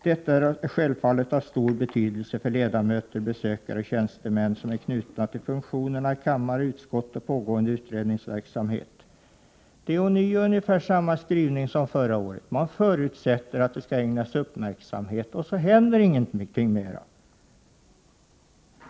Detta är självfallet av stor betydelse för ledamöter, besökare och tjänstemän som är knutna till funktionerna i kammare, utskott och pågående utredningsverksamhet.” — Det är ungefär samma skrivning som förra året. Utskottet förutsätter att frågan ägnas uppmärksamhet, och sedan händer ingenting mer.